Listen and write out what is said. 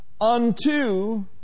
unto